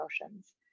emotions